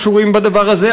קשורים בדבר הזה.